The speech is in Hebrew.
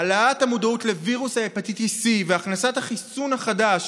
העלאת המודעות לווירוס הפטיטיס C והכנסת החיסון החדש